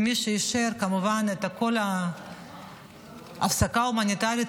מי שאישר כמובן את כל ההפסקה ההומניטרית